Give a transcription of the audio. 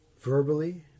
verbally